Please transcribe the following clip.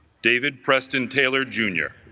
david preston taylor jr.